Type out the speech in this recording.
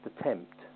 attempt